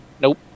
Nope